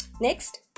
Next